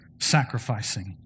sacrificing